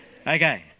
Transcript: Okay